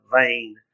vain